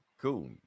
Cool